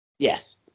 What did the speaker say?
Yes